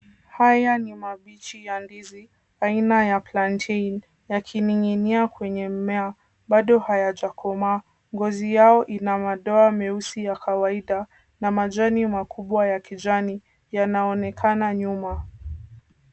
Haya ni mabichi ya ndizi, aina ya plantain yakining'inia kwenye mmea, bado hayajakomaa. Ngozi yao ina madoa meusi ya kawaida na majani makubwa ya kijani yanaonekana nyuma.